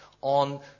on